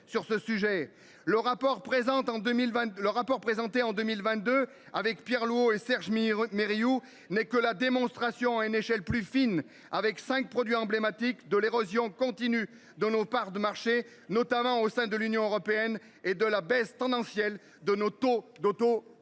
le rapport présenté en 2022 avec Pierre et Serge Mir mais Riou n'est que la démonstration à une échelle plus fine avec cinq produit emblématique de l'érosion continue de nos parts de marché notamment au sein de l'Union européenne et de la baisse tendancielle de nos taux